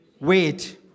wait